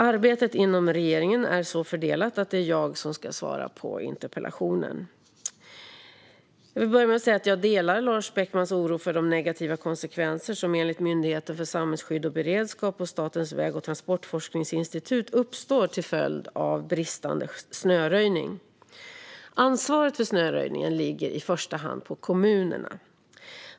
Arbetet inom regeringen är så fördelat att det är jag som ska svara på interpellationen. Jag vill börja med att säga att jag delar Lars Beckmans oro för de negativa konsekvenser som enligt Myndigheten för samhällsskydd och beredskap och Statens väg och transportforskningsinstitut uppstår till följd av bristande snöröjning. Ansvaret för snöröjningen ligger i första hand på kommunerna.